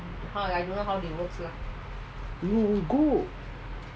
you go